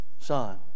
son